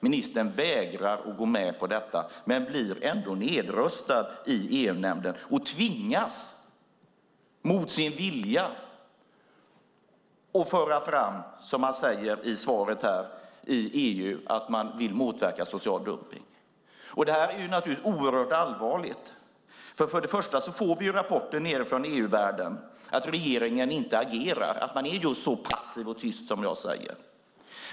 Ministern vägrade att gå med på detta men blev ändå nedröstad i EU-nämnden och tvingades, mot sin vilja, att föra fram, som hon säger i svaret här, i EU att man vill motverka social dumpning. Det här är oerhört allvarligt. Vi får rapporter från EU-världen om att regeringen inte agerar utan är just så passiv och tyst som jag säger.